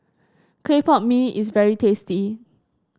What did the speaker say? Clay Pot Mee is very tasty